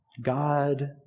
God